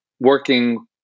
working